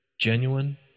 genuine